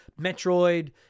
metroid